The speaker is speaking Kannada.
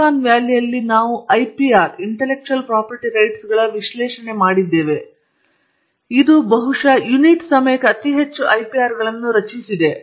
ಸಿಲಿಕಾನ್ ವ್ಯಾಲಿಯಲ್ಲಿ ನಾವು ಐಪಿಆರ್ಗಳ ವಿಶ್ಲೇಷಣೆ ಮಾಡಿದ್ದೇವೆ ಇದು ಬಹುಶಃ ಯುನಿಟ್ ಸಮಯಕ್ಕೆ ಅತಿ ಹೆಚ್ಚು ಐಪಿಆರ್ಗಳನ್ನು ರಚಿಸಿದೆ